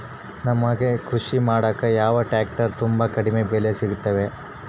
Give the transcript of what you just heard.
ನಮಗೆ ಕೃಷಿ ಮಾಡಾಕ ಯಾವ ಟ್ರ್ಯಾಕ್ಟರ್ ತುಂಬಾ ಕಡಿಮೆ ಬೆಲೆಗೆ ಸಿಗುತ್ತವೆ?